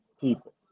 people